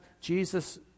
Jesus